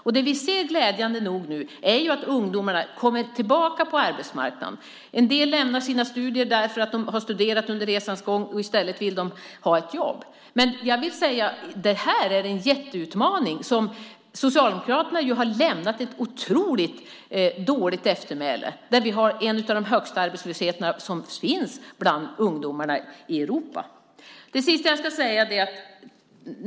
Och det vi glädjande nog nu ser är att ungdomarna kommer tillbaka på arbetsmarknaden. En del lämnar sina studier därför att de har studerat under resans gång men i stället vill ha ett jobb. Men det här är en jätteutmaning. Socialdemokraterna har lämnat efter sig ett otroligt dåligt eftermäle. Vi har en ungdomsarbetslöshet som är bland de högsta i Europa.